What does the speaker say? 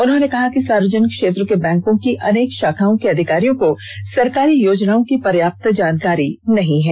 उन्होंने कहा कि सार्वजनिक क्षेत्र के बैंकों की अनेक शाखाओं के अधिकारियों को सरकारी योजनाओं की पर्याप्त जानकारी नहीं है